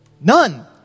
None